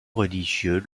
religieux